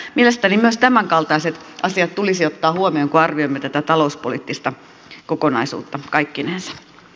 mielestäni myös tämänkaltaiset asiat tulisi ottaa huomioon kun arvioimme tätä talouspoliittista kokonaisuutta kaikkinensa